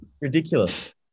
Ridiculous